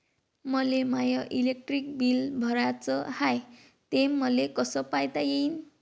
मले माय electric bill भराचं हाय, ते मले कस पायता येईन?